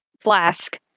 flask